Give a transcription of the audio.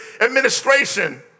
Administration